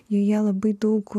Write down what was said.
joje labai daug